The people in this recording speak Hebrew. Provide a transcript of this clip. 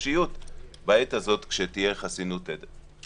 בחופשיות בעת הזו כשתהיה חסינות עדר.